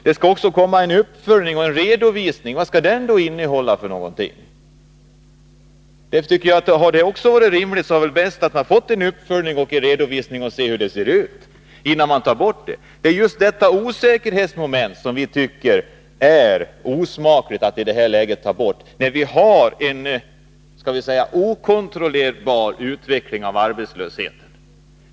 Det skall också komma en uppföljning och redovisning, men vad skall den innehålla? Om vi skall ta bort systemet, hade det väl varit rimligt att det hade gjorts en redovisning för att se hur det hela ser ut. Det är detta osäkerhetsmoment som vi tycker är osmakligt. Vi har ju en okontrollerbar utveckling av arbetslösheten.